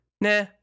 nah